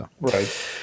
right